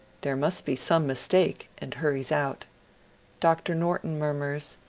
there must be some mistake and hurries out dr. norton murmurs,